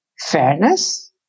fairness